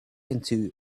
into